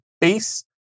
base